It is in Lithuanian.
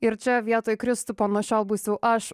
ir čia vietoj kristupo nuo šiol būsiu aš